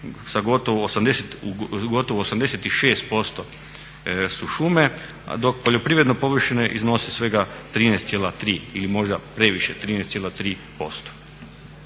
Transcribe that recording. Gotovo 86% su šume, dok poljoprivredne površine iznose svega 13,3 ili možda previše 13,3%